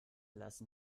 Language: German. lassen